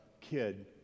kid